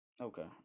Okay